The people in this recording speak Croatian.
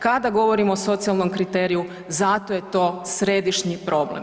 Kada govorimo o socijalnom kriteriju, zato je to središnji problem.